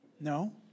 No